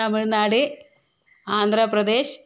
Tamil Nadu Andhra Pradesh